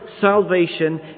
salvation